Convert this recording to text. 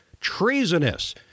treasonous